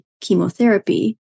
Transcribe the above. chemotherapy